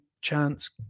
chance